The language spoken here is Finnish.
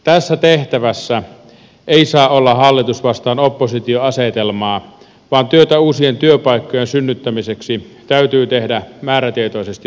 tässä tehtävässä ei saa olla hallitus vastaan oppositio asetelmaa vaan työtä uusien työpaikkojen synnyttämiseksi täytyy tehdä määrätietoisesti yhdessä